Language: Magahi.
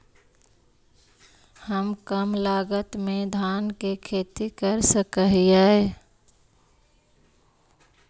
हम कम लागत में धान के खेती कर सकहिय?